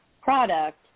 product